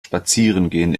spazierengehen